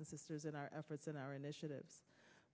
and sisters in our efforts in our initiatives